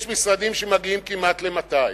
יש משרדים שמגיעים כמעט ל-200.